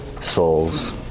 souls